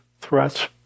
threats